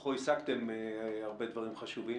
בכוחו השגתם הרבה דברים חשובים,